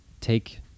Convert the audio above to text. take